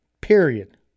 Period